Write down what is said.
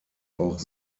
auch